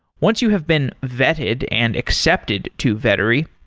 once you have been vetted and accepted to vettery,